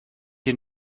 you